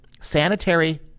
sanitary